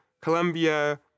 Colombia